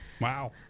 Wow